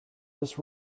this